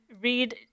read